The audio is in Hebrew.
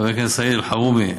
חבר הכנסת סעיד אלחרומי,